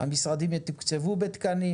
המשרדים יתוקצבו בתקנים,